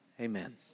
amen